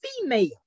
female